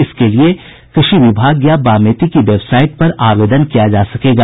इसके लिए कृषि विभाग या बामेती की वेबसाइट पर आवेदन किया जा सकेगा